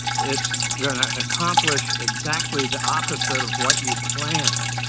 it's going to accomplish exactly the opposite of what you planned.